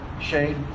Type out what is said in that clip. shade